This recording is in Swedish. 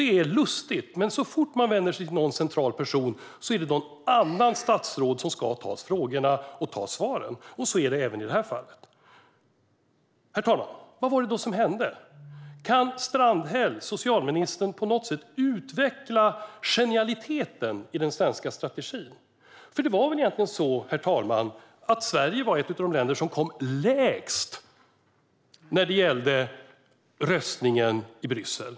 Det är lustigt, men så fort man vänder sig till en central person är det något annat statsråd som ska ta frågorna och svaren. Så är det även i det här fallet. Herr talman! Vad var det som hände? Kan Strandhäll, socialministern, på något sätt utveckla genialiteten i den svenska strategin? Det var väl egentligen så att Sverige var ett av de länder som kom lägst när det gällde röstningen i Bryssel?